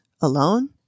alone